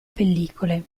pellicole